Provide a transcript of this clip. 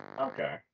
Okay